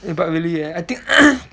eh but really eh I think